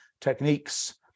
techniques